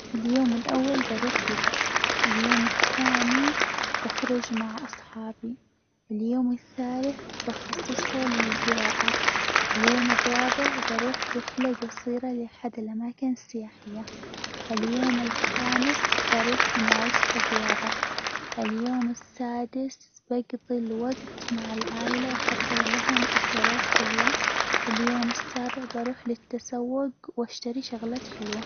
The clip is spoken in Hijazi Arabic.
اليوم الأول بروح البحر، اليوم الثاني بخرج مع أصحابي، اليوم الثالث بخصصه للجراءة، الرابع بروح رحلة جصيرة لحد الأماكن السياحية، اليوم الخامس ممارسة الرياضة، اليوم السادس بقضي الوقت مع العائلة وأحضر لهم أكلات حلوة، اليوم السابع بروح للتسوق وأشتري شغلات حلوة.